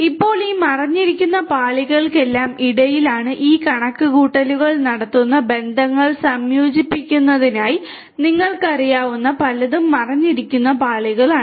ഇപ്പോൾ ഈ മറഞ്ഞിരിക്കുന്ന പാളികൾക്കെല്ലാം ഇടയിലാണ് ഈ കണക്കുകൂട്ടലുകൾ നടത്തുന്ന ബന്ധങ്ങൾ സംയോജിപ്പിക്കുന്നതായി നിങ്ങൾക്കറിയാവുന്ന പലതും മറഞ്ഞിരിക്കുന്ന പാളികളാണ്